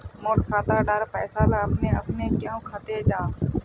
मोर खाता डार पैसा ला अपने अपने क्याँ कते जहा?